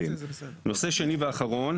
אם השתנה נוסח אז כדאי,